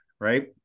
right